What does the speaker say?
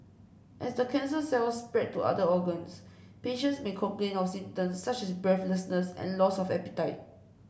as the cancer cells spread to other organs patients may complain of symptoms such as breathlessness and loss of appetite